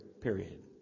period